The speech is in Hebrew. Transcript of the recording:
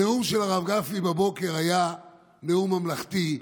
מה שנקרא: הנאום של הרב גפני בבוקר היה נאום ממלכתי,